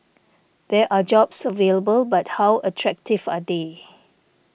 there are jobs available but how attractive are they